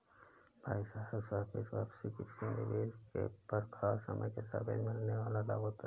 भाई साहब सापेक्ष वापसी किसी निवेश पर खास समय के सापेक्ष मिलने वाल लाभ होता है